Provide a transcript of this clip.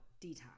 detox